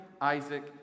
Isaac